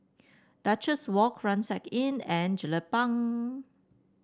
Duchess Walk Rucksack Inn and Jelapang